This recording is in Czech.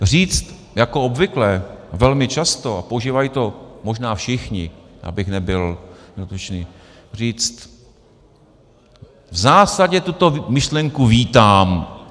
Říct jako obvykle velmi často a používají to možná všichni, abych nebyl útočný říct: v zásadě tuto myšlenku vítám.